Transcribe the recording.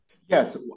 Yes